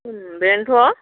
बेन्थ'